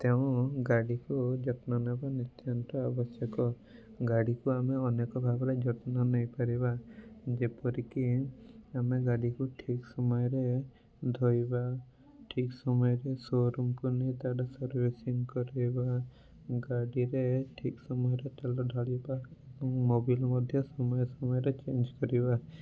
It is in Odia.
ତେଣୁ ଗାଡ଼ିକୁ ଯତ୍ନ ନେବା ନିତ୍ୟନ୍ତ ଆବଶ୍ୟକ ଗାଡ଼ିକୁ ଆମେ ଅନେକ ଭାବରେ ଯତ୍ନ ନେଇ ପାରିବା ଯେପରି କି ଆମେ ଗାଡ଼ିକୁ ଠିକ୍ ସମୟରେ ଧୋଇବା ଠିକ୍ ସମୟରେ ଶୋ ରୁମକୁ ନେଇ ତାର ସର୍ଭିସିଙ୍ଗ୍ କରାଇବା ଗାଡ଼ିରେ ଠିକ୍ ସମୟରେ ତେଲ ଢାଳିବା ମୋବିଲ୍ ମଧ୍ୟ ସମୟ ସମୟରେ ଚେଂଜ୍ କରାଇବା